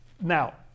Now